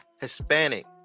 Hispanic